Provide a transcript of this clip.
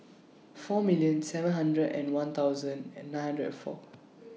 four million seven hundred and one thousand and nine hundred four